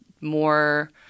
more